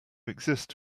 exist